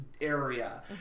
area